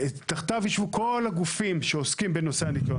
שתחתיו ישבו כל הגופים שעוסקים בנושא הניקיון.